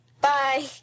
Bye